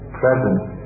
presence